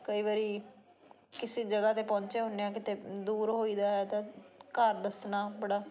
ਕਈ ਵਾਰੀ ਕਿਸੇ ਜਗ੍ਹਾ 'ਤੇ ਪਹੁੰਚੇ ਹੁੰਦੇ ਹਾਂ ਕਿਤੇ ਦੂਰ ਹੋਈ ਦਾ ਤਾਂ ਘਰ ਦੱਸਣਾ ਬੜਾ